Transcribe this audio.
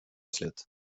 slut